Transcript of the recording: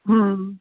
ਹੂੰ